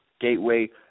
Gateway